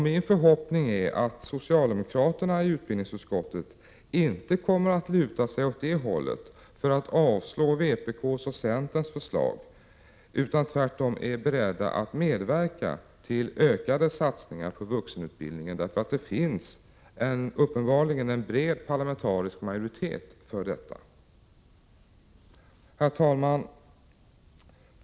Min förhoppning är att socialdemokraterna i utbildningsutskottet inte kommer att luta sig åt det hållet för att avslå vpk:s och centerns förslag, utan tvärtom är beredda att medverka till ökade satsningar på vuxenutbildningen. Det finns uppenbarligen en bred parlamentarisk majoritet för detta. Herr talman!